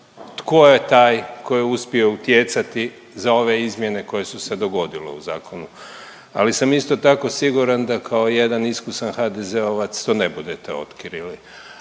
tko je taj tko je uspio utjecati za ove izmjene koje su se dogodile u zakonu, ali sam isto tako siguran da kao jedan iskusan HDZ-ovac to ne budete otkrili,